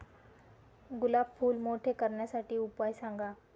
गुलाब फूल मोठे करण्यासाठी उपाय सांगा?